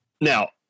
Now